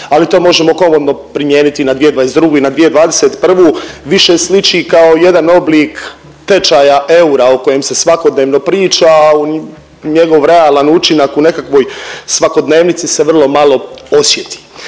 ali to možemo komotno primijeniti na 2022. i 2021. Više sliči kao jedan oblik tečaja eura o kojem se svakodnevno priča, a njegov realan učinak u nekakvoj svakodnevnici se vrlo malo osjeti.